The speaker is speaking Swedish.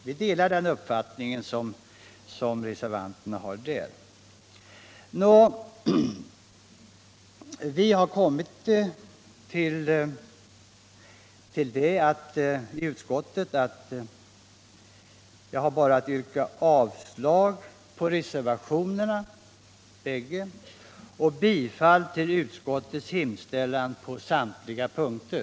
Vi har kommit till den uppfattningen i utskottet, och jag har bara att yrka avslag på de båda reservationerna och bifall till utskottets hemställan på samtliga punkter.